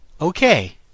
Okay